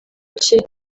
cye